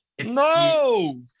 No